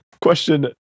Question